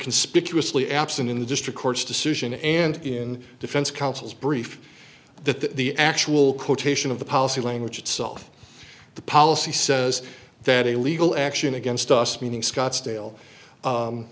conspicuously absent in the district court's decision and in defense counsel's brief that the actual quotation of the policy language itself the policy says that a legal action against us meaning scottsdale u